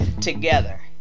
together